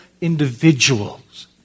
individuals